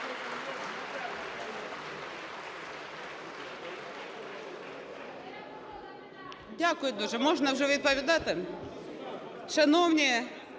Дякую дуже. Можна вже відповідати?